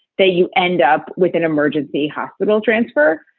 that you end up with an emergency hospital transfer.